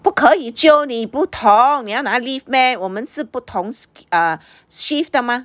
不可以 jio 你不同你要拿 leave meh 我们是不同 err shift 的 mah